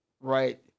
right